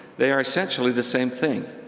they are essentially the same thing.